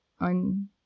on